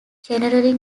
generally